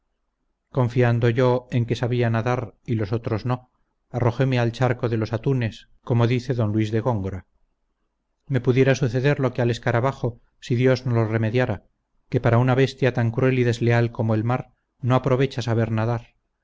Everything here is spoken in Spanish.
confiando yo en que sabia nadar y los otros no arrojéme al charco de los atunes como dice d luis de góngora me pudiera suceder lo que al escarabajo si dios no lo remediara que para una bestia tan cruel y desleal como el mar no aprovecha saber nadar